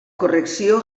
correcció